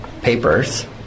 papers